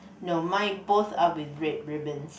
no mine both are with red ribbons